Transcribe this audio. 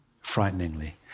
frighteningly